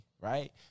right